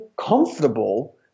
comfortable